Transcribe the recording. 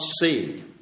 see